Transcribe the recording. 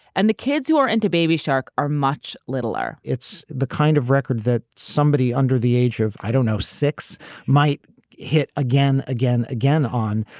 and the kids who are into baby shark are much littler it's the kind of record that somebody under the age of, i don't know, six might hit again, again, again on.